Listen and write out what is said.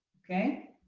okay?